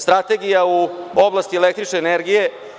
Strategija u oblasti električne energije.